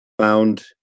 found